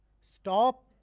Stop